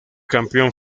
campeón